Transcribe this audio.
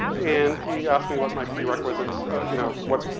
and he asked me what my prerequisites you know what,